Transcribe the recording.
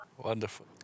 Wonderful